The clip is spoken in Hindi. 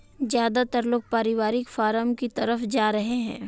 ज्यादातर लोग पारिवारिक फॉर्म की तरफ जा रहै है